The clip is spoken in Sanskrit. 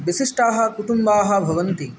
विशिष्टाः कुटुम्बाः भवन्ति